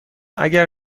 اگر